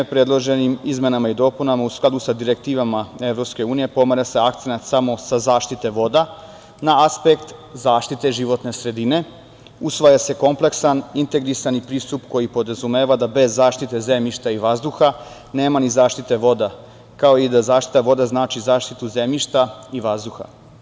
Predloženim izmenama i dopunama, u skladu sa direktivama EU, pomera se akcenat samo sa zaštite voda na aspekt zaštite životne sredine, usvaja se kompleksan integrisani pristup koji podrazumeva da bez zaštite zemljišta i vazduha nema ni zaštite voda, kao i da zaštita voda znači zaštitu zemljišta i vazduha.